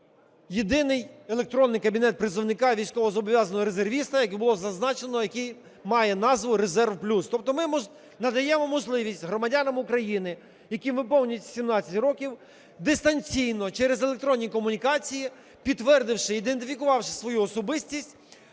єдиний електронний кабінет призовника, військовозобов'язаного, резервіста, як і було зазначено, який має назву "Резвер+". Тобто ми надаємо можливість громадянам України, яким виповнюється 17 років, дистанційно через електронні комунікації, підтвердивши, ідентифікувавши свою особистість,